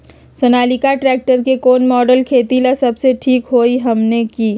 Sonalika tractor के कौन model खेती ला सबसे ठीक होई हमने की?